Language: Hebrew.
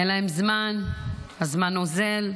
אין להם זמן, הזמן אוזל.